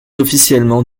officiellement